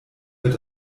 wird